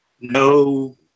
No